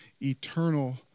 eternal